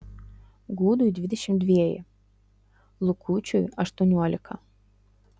gudui dvidešimt dveji lukučiui aštuoniolika